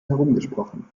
herumgesprochen